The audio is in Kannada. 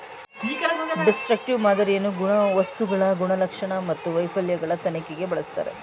ಡಿಸ್ಟ್ರಕ್ಟಿವ್ ಮಾದರಿಯನ್ನು ವಸ್ತುಗಳ ಗುಣಲಕ್ಷಣ ಮತ್ತು ವೈಫಲ್ಯಗಳ ತನಿಖೆಗಾಗಿ ಬಳಸ್ತರೆ